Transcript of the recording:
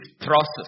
process